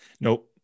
Nope